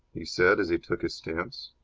he said, as he took his stance.